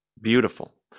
Beautiful